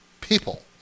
people